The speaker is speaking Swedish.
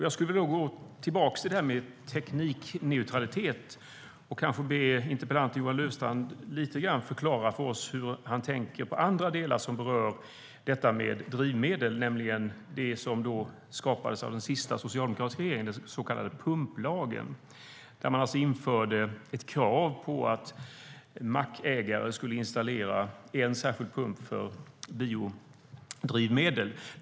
Jag vill gå tillbaka till detta med teknikneutralitet och be interpellanten Johan Löfstrand förklara hur han tänker kring en annan sak som berör drivmedel, nämligen den så kallade pumplagen. Lagen skapades av den senaste socialdemokratiska regeringen, som införde ett krav på att mackägare skulle installera en särskild pump för biodrivmedel.